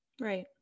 right